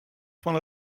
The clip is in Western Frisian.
fan